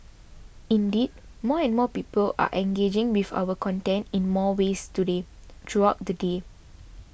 indeed more and more people are engaging with our content in more ways today throughout the day